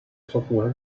software